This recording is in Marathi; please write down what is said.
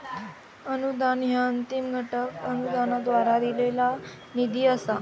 अनुदान ह्या अंतिम घटक अनुदानाद्वारा दिलेला निधी असा